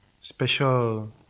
special